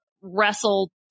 wrestled